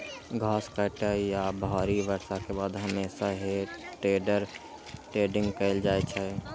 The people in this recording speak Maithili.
घास काटै या भारी बर्षा के बाद हमेशा हे टेडर टेडिंग कैल जाइ छै